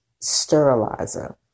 sterilizer